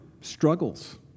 struggles